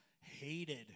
hated